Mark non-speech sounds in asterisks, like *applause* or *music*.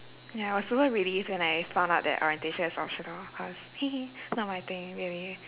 ya I was super relieved when I found out that orientation is optional cause *laughs* not my thing really